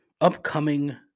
upcoming